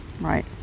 right